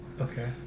okay